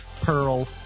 Pearl